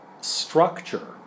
structure